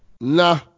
Nah